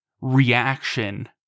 reaction